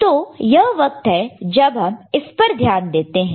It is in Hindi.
तो यह वक्त है जब हम इस पर ध्यान देते हैं